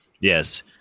Yes